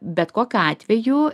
bet kokiu atveju